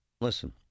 Listen